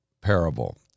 parable